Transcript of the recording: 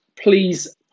please